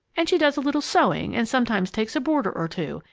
and she does a little sewing, and sometimes takes a boarder or two,